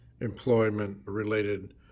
employment-related